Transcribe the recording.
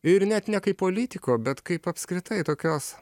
ir net ne kaip politiko bet kaip apskritai tokios